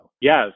Yes